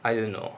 I don't know